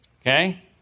Okay